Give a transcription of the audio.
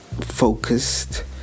focused